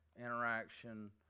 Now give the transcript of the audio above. interaction